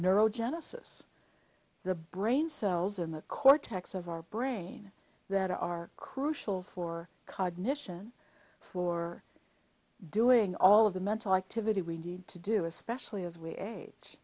neurogenesis the brain cells in the cortex of our brain that are crucial for cognition for doing all of the mental activity we need to do especially as we age